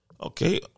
Okay